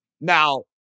Now